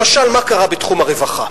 למשל, מה קרה בתחום הרווחה?